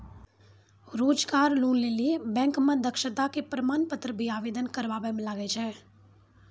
रोजगार लोन लेली बैंक मे दक्षता के प्रमाण पत्र भी आवेदन करबाबै मे लागै छै?